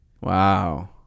Wow